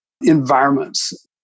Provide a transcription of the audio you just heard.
environments